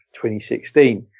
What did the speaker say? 2016